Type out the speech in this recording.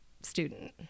student